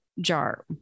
jar